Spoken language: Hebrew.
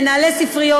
מנהלי ספריות,